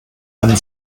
einen